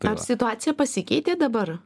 ar situacija pasikeitė dabar